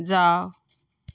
जाउ